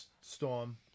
Storm